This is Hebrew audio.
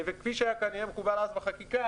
וכפי שהיה כנראה מקובל אז בחקיקה,